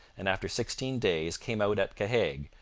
and after sixteen days came out at cahaigue,